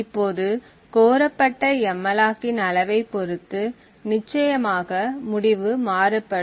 இப்போது கோரப்பட்ட எம்மலாக் இன் அளவைப் பொறுத்து நிச்சயமாக முடிவு மாறுபடும்